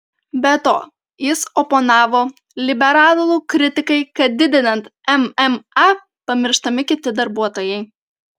be to jis oponavo liberalų kritikai kad didinant mma pamirštami kiti darbuotojai